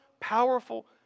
powerful